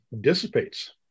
dissipates